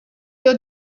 your